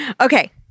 Okay